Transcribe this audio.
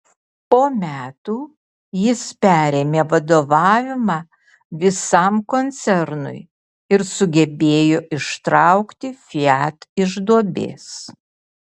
po metų jis perėmė vadovavimą visam koncernui ir sugebėjo ištraukti fiat iš duobės